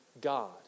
God